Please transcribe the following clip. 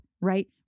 right